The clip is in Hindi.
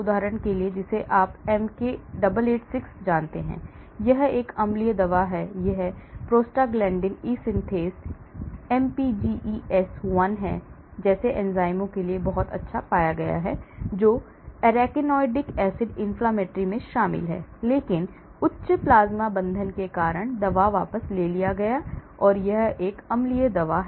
उदाहरण के लिए जिसे आप MK 886 जानते हैं यह एक अम्लीय दवा है यह prostaglandin e synthase mpges1 जैसे एंजाइमों के लिए बहुत अच्छा पाया गया है जो arachidonic acid inflammatory में शामिल है लेकिन उच्च प्लाज्मा बंधन के कारण दवा वापस ले लिया है तो यह एक अम्लीय दवा है